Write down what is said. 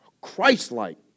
Christ-like